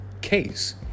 case